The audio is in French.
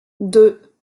deux